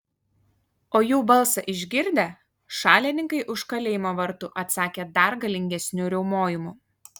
o jų balsą išgirdę šalininkai už kalėjimo vartų atsakė dar galingesniu riaumojimu